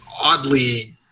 oddly